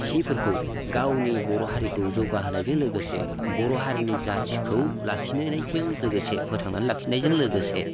सिफोरखौ गावनि बर' हारिखौ जौगाहोनायजों लोगोसे बर' हारिनि जाथिखौ लाखिनायजों लोगोसे फोथांनानै लाखिनायजों लोगोसे